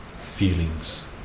feelings